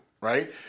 right